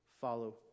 follow